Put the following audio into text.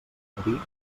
padrí